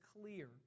clear